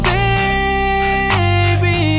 Baby